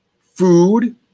Food